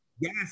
Yes